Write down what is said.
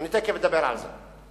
אני תיכף אדבר על זה.